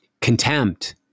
Contempt